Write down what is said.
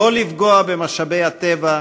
לא לפגוע במשאבי הטבע,